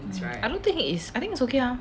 mm I don't think it's I think it's okay ah